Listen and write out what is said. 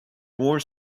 more